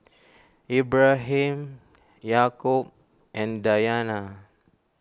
Ibrahim Yaakob and Dayana